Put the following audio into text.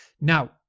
now